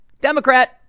Democrat